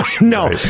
No